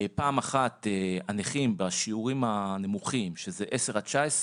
פעם אחת הנכים בשיעורים הנמוכים, שזה 10-19,